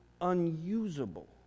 unusable